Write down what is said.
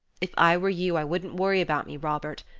if i were you i wouldn't worry about me, robert.